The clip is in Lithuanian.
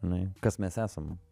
žinai kas mes esam